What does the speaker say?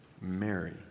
Mary